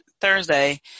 Thursday